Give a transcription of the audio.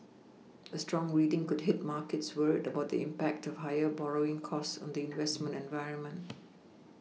a strong reading could hit markets worried about the impact of higher borrowing costs on the investment environment